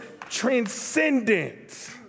transcendent